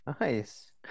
Nice